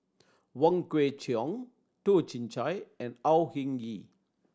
Wong Kwei Cheong Toh Chin Chye and Au Hing Yee